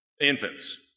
Infants